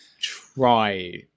try